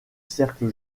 cercle